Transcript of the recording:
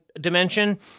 dimension